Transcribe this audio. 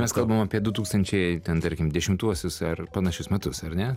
mes apie kalbam apie du tūkstančiai ten tarkim dešimtuosius ar panašius metus ar ne